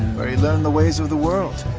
where he learned the ways of the world,